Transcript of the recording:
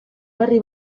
berri